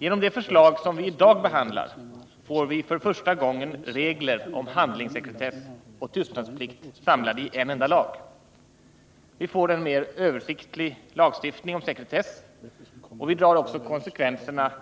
Genom det förslag som vi i dag behandlar får vi för första gången regler om handlingssekretess och tystnadsplikt samlade i en enda lag. Vi får en mer översiktlig lagstiftning om sekretess, och vi drar också konsekvenserna